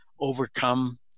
overcome